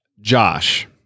josh